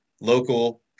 local